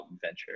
venture